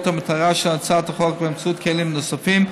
המטרה של הצעת החוק באמצעות כלים נוספים,